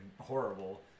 horrible